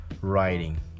writing